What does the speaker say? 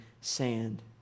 sand